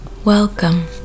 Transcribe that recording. Welcome